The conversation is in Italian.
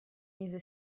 mise